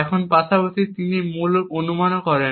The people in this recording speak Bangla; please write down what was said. এখন পাশাপাশি তিনি একটি মূল অনুমানও করেন